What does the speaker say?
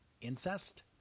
incest